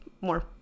more